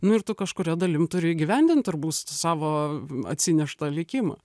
nu ir tu kažkuria dalim turi įgyvendint turbūsts savo atsineštą likimą